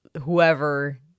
whoever